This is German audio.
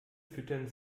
füttern